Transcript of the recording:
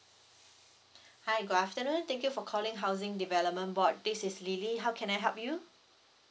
hi good afternoon thank you for calling housing development board this is lily how can I help you